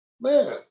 man